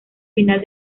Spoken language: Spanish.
final